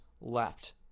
left